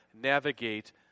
navigate